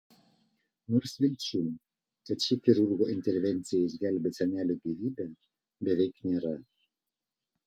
nors vilčių kad ši chirurgo intervencija išgelbės senelio gyvybę beveik nėra